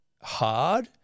hard